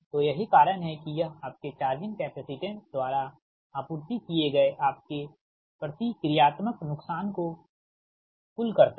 तो यही कारण है कि यह आपके चार्जिंग कैपेसिटेंस द्वारा आपूर्ति किए गए आपके प्रतिक्रियात्मक नुकसान को कुल करता है